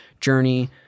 journey